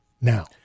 now